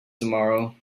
tomorrow